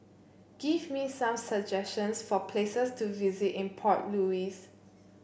give me some suggestions for places to visit in Port Louis